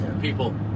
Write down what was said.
people